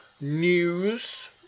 News